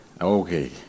Okay